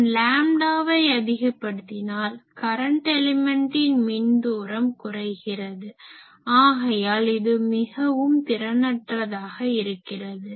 நான் லாம்டாவை அதிகப்படுத்தினால் கரன்ட் எலிமென்ட்டின் மின் தூரம் குறைகிறது ஆகையால் இது மிகவும் திறனற்றதாக இருக்கிறது